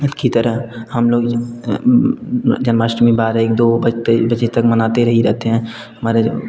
हित की तरह हम लोग जन्माष्टमी बारह एक दो बकई बजे तक मनाते ही रहते हैं हमारे